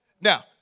Now